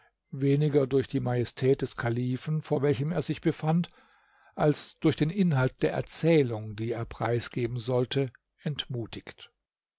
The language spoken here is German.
weniger durch die majestät des kalifen vor welchem er sich befand als durch den inhalt der erzählung die er preisgeben sollte entmutigt